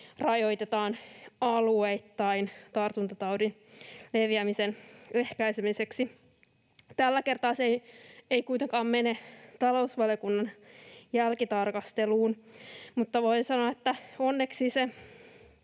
aukioloaikoja alueittain tartuntataudin leviämisen ehkäisemiseksi. Tällä kertaa se ei kuitenkaan mene talousvaliokunnan jälkitarkasteluun, mutta voin sanoa, että onneksi se